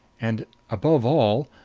and, above all,